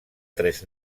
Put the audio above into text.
tres